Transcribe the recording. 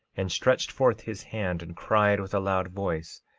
and stretched forth his hand and cried with a loud voice,